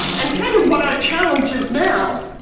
and kind of what our challenge is now,